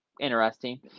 interesting